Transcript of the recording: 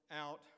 out